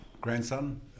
grandson